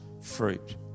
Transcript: fruit